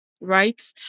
right